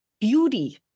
beauty